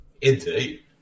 Indeed